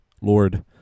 Lord